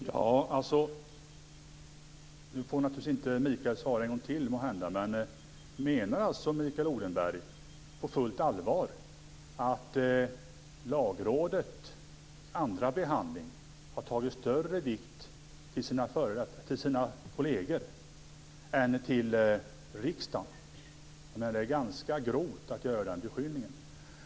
Fru talman! Nu får Mikael Odenberg inte svara en gång till, men jag vill ändå fråga om han på fullt allvar menar att Lagrådet vid sin andra behandling har tagit större hänsyn till sina kolleger än till riksdagen. Det är en ganska grov beskyllning.